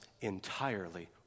entirely